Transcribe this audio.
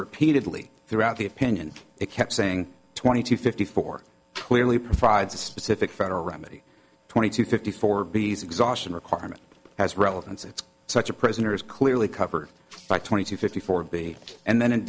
repeatedly throughout the opinion they kept saying twenty to fifty four clearly provides a specific federal remedy twenty to fifty four b s exhaustion requirement has relevance it's such a prisoner is clearly covered by twenty to fifty four b and then in